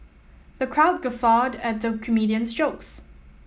the crowd guffawed at the comedian's jokes